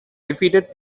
defeated